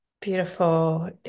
Beautiful